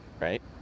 right